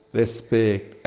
respect